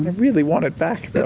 really want it back, though.